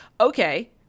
okay